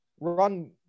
run